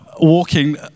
walking